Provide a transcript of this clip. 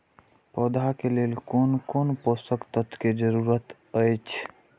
पौधा के लेल कोन कोन पोषक तत्व के जरूरत अइछ?